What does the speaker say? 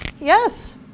Yes